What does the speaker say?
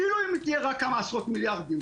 אפילו אם תהיה כמה עשרות מיליארדים.